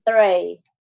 Three